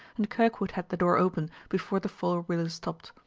and kirkwood had the door open before the four-wheeler stopped.